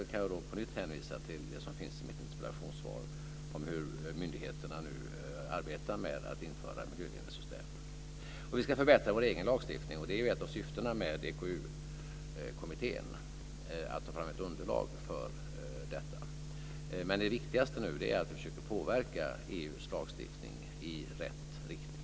Jag kan på nytt hänvisa till det som finns i mitt interpellationssvar om hur myndigheterna nu arbetar med att införa miljöledningssystem. Vi ska förbättra vår egen lagstiftning. Ett av syftena med EKU-kommittén är att ta fram ett underlag för detta. Det viktigaste nu är att vi försöker påverka EU:s lagstiftning i rätt riktning.